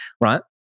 right